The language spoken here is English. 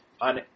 on